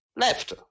left